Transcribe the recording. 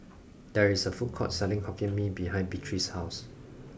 there is a food court selling hokkien mee behind Beatrice's house